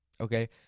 okay